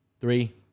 three